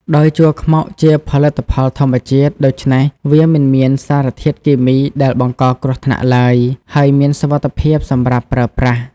ដោយជ័រខ្មុកជាផលិតផលធម្មជាតិ ដូច្នេះវាមិនមានសារធាតុគីមីដែលបង្កគ្រោះថ្នាក់ឡើយ ហើយមានសុវត្ថិភាពសម្រាប់ប្រើប្រាស់។